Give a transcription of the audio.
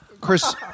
Chris